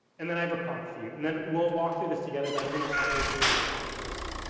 and then i have a prompt for you, and then we'll walk through this together, but i'm going to show you the prompt first.